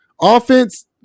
Offense